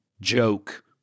joke